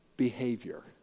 behavior